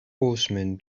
horseman